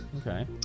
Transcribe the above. Okay